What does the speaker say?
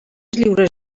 lliures